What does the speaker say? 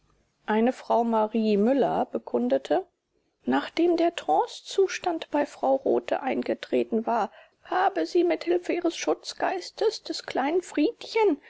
eine frau marie müller bekundete nachdem der trancezustand bei frau rothe eingetreten war habe sie mit hilfe ihres schutzgeistes des kleinen friedchen